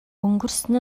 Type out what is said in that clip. өнгөрсөн